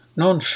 non